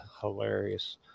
hilarious